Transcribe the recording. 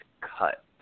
cut